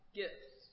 gifts